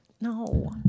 No